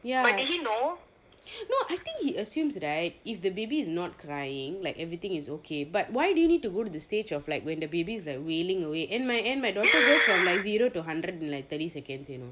ya no I think he assumes right that if the baby is not crying like everything is okay but why do you need to go to the stage of like when the baby is like wailing away and my and my daughter goes from like zero to hundred in like thirty seconds you know